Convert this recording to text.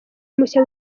mushya